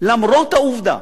למרות העובדה